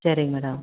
சரிங்க மேடம்